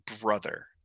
brother